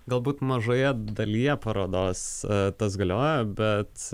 galbūt mažoje dalyje parodos tas galioja bet